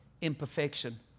imperfection